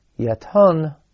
yaton